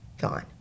gone